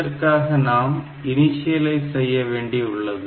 இதற்காக நாம் இனிசியலைஸ் செய்ய வேண்டி உள்ளது